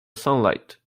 sunlight